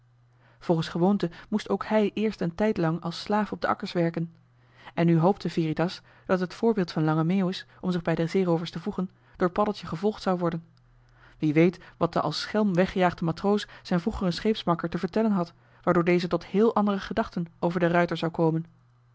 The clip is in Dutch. volgens gewoonte moest ook hij eerst een tijdlang als slaaf op de akkers werken en nu hoopte veritas dat het voorbeeld van lange meeuwis om zich bij de zeeroovers te voegen door paddeltje gevolgd zou worden wie weet wat de als schelm weggejaagde matroos zijn vroegeren scheepsmakker te vertellen had waardoor deze tot heel andere gedachten over de ruijter zou komen